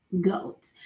goat